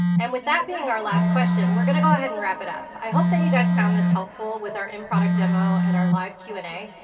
and with that being our last question we're gonna go ahead and wrap it up. i hope that you guys found this helpful with our in-product demo and our live q and a.